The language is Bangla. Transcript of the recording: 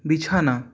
বিছানা